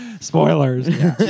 Spoilers